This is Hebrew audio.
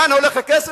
לאן הולך הכסף?